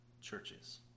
churches